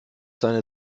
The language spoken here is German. seine